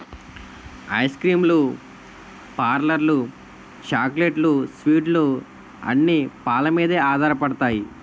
ice cream లు పార్లర్లు చాక్లెట్లు స్వీట్లు అన్ని పాలమీదే ఆధారపడతాయి